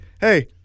hey